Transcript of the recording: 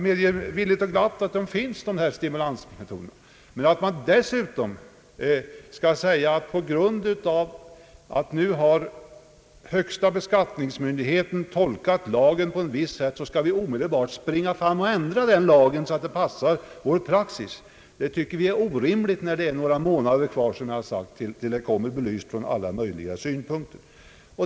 Men att man dessutom skall säga, att på grund av att den högsta beskattningsmyndigheten nu har tolkat lagen på visst sätt så skall vi omedelbart ändra den lagen så att den passar vår praxis, det tycker vi är orimligt när det, som jag sagt, är några månader kvar tills denna fråga blir belyst ur alla möjliga synpunkter.